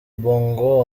bongo